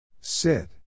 Sit